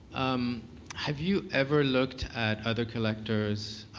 um have you ever looked at other collector's,